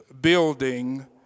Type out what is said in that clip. building